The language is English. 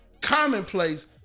commonplace